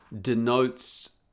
denotes